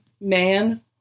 man